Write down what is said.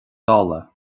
dála